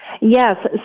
Yes